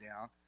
down